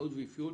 ואפיון